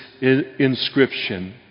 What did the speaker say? inscription